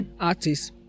artists